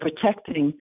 protecting